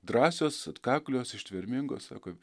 drąsios atkaklios ištvermingos sako